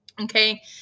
okay